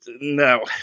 no